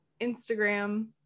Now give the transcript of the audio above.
Instagram